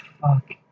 fuck